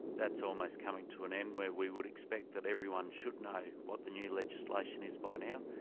that's almost coming to an end, where we would expect that everyone should know what the new legislation is by now.